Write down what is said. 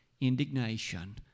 Indignation